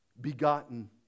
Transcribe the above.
begotten